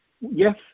yes